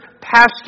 pastor